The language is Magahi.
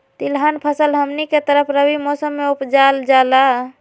तिलहन फसल हमनी के तरफ रबी मौसम में उपजाल जाला